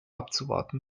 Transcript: abzuwarten